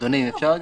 תכף רן.